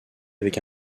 avec